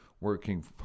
working